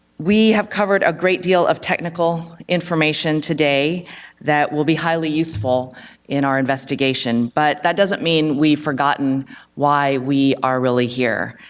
we have covered a great deal of technical information today that will be highly useful in our investigation, but that doesn't mean we've forgotten why we are really here.